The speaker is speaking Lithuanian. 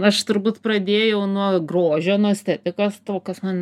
aš turbūt pradėjau nuo grožio nuo estetikos to kas man